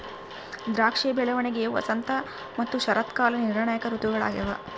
ದ್ರಾಕ್ಷಿಯ ಬೆಳವಣಿಗೆಯು ವಸಂತ ಮತ್ತು ಶರತ್ಕಾಲ ನಿರ್ಣಾಯಕ ಋತುಗಳಾಗ್ಯವ